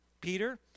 Peter